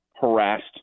harassed